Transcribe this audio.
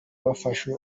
wafashe